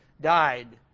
died